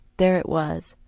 there it was,